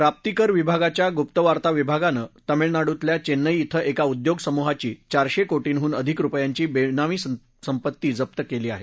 प्राप्तीकर विभागाच्या गुप्तवार्ता विभागानं तमीळनाडूतल्या चेन्नई इथल्या एका उद्योग समुहाची चारशे कोर्टीहून अधिक रुपयांची बेनामी संपत्ती जप्त केली आहे